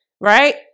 right